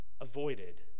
avoided